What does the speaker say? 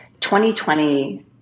2020